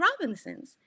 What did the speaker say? Robinson's